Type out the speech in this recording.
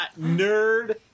Nerd